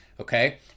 okay